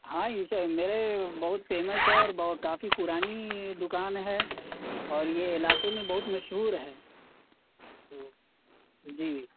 ہاں ای سو میرے بہت فیمس ہے اورہ کافی پرانی دکان ہے اور یہ علاقے میں بہت مشہور ہے جی